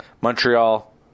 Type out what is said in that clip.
Montreal